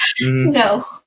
No